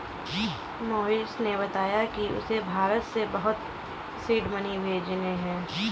मोहिश ने बताया कि उसे भारत से बाहर सीड मनी भेजने हैं